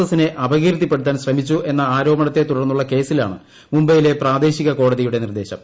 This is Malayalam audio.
എസിനെ അപകീർത്തിപ്പെടുത്താൻ ശ്രമിച്ചു്എന്ന് ആരോപണത്തെ തുടർന്നുള്ള കേസിലാണ് മുംബൈബ്ബെയിലെ പ്രാദേശിക കോടതിയുടെ നിർദ്ദേശം